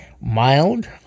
mild